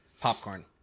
Popcorn